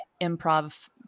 improv